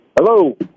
Hello